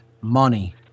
money